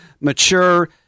mature